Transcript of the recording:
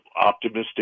optimistic